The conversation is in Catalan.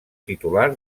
titular